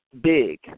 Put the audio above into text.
big